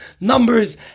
numbers